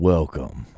Welcome